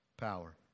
power